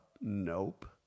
Nope